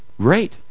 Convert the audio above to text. great